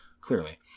clearly